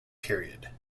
period